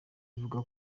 ivuga